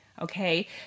Okay